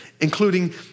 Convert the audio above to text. including